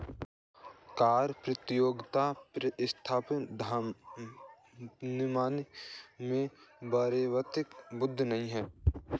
कर प्रतियोगिता प्रतिस्पर्धात्मकता में वास्तविक वृद्धि नहीं है